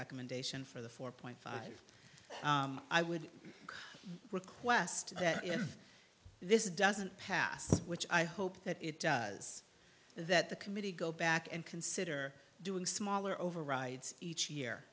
recommendation for the four point five i would request that if this doesn't pass which i hope that it does that the committee go back and consider doing smaller overrides each year